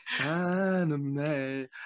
Anime